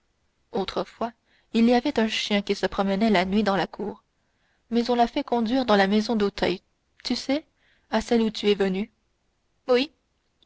autrefois il y avait un chien qui se promenait la nuit dans la cour mais on l'a fait conduire à la maison d'auteuil tu sais à celle où tu es venu oui